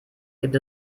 gibt